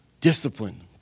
Discipline